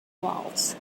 walls